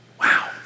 Wow